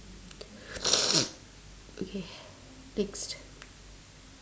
okay next